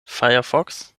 firefox